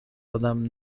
ادم